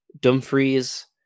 Dumfries